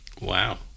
Wow